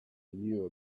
knew